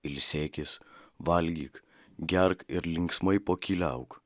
ilsėkis valgyk gerk ir linksmai pokyliauk